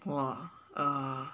!wah!